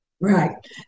Right